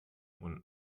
und